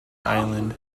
island